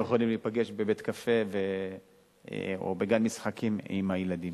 והיו יכולים להיפגש בבית-קפה או בגן משחקים עם הילדים.